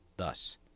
Thus